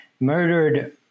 murdered